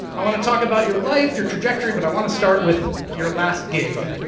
i wanna talk about your life, your trajectory. but i wanna start with your last gig,